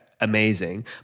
amazing